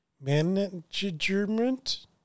management